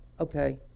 okay